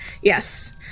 Yes